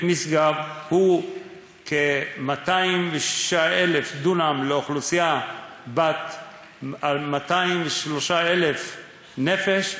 משגב הוא כ-200,000 דונם לאוכלוסייה בת 203,000 נפש,